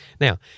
Now